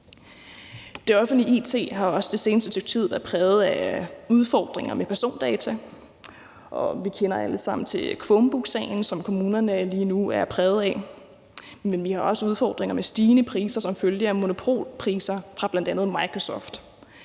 Det offentlige it har også det seneste stykke tid været præget af udfordringer med persondata, og vi kender alle sammen til Chromebooksagen, som kommunerne lige nu er præget af. Men vi har også udfordringer med stigende priser som følge af monopolpriser fra bl.a. Microsoft,